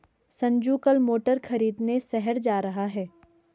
संजू कल मोटर खरीदने शहर जा रहा है